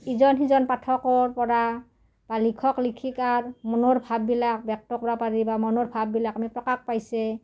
ইজন সিজন পাঠকৰপৰা বা লিখক লিখিকাৰ মনৰ ভাববিলাক ব্যক্ত কৰিব পাৰি বা মনৰ ভাববিলাক আমি প্ৰকাশ পাইছে